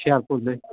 ਹੁਸ਼ਿਆਰਪੁਰ ਦੇ